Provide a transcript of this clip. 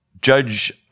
Judge